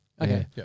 Okay